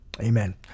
amen